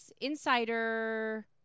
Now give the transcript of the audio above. insider